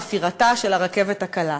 חפירתה של הרכבת הקלה.